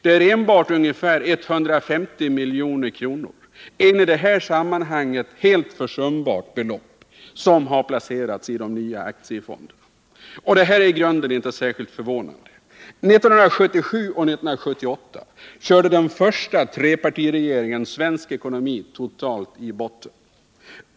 Det är enbart ungefär 150 milj.kr., ett i detta sammanhang helt försumbart belopp, som placerats i de nya aktiefonderna. Detta är i grunden inte särskilt förvånande. 1977 och 1978 körde den första trepartiregeringen svensk ekonomi totalt i botten.